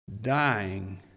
dying